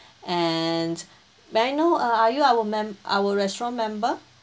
and may I know uh are you our mem~ our restaurant member